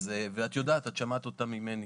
את יודעת, את שמעת אותם ממני.